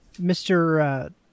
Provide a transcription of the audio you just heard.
Mr